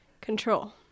Control